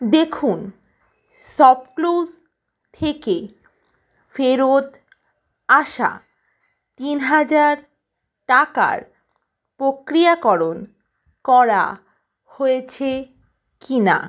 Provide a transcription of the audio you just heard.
দেখুন শপক্লুস থেকে ফেরত আসা তিন হাজার টাকার প্রক্রিয়াকরণ করা হয়েছে কিনা